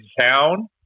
town